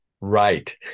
right